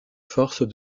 forces